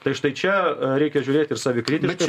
tai štai čia reikia žiūrėti ir savikritiškai